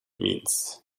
means